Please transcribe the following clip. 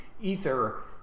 ether